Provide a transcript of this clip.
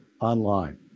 online